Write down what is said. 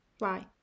Right